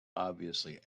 obviously